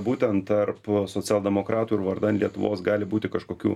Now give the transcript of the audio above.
būtent tarp socialdemokratų ir vardan lietuvos gali būti kažkokių